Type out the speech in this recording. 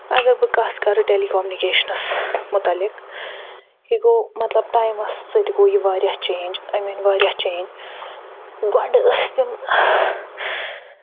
اَگر بہٕ کَتھ کرٕ ٹٮ۪لِکومنِکٮ۪شنَس مُتعلِق یہِ گوٚو مطلب ٹایمَس سۭتۍ گوٚو یہِ واریاہ چٮ۪نج أمۍ أنۍ واریاہ چٮ۪نج گۄڈٕ ٲسۍ تِم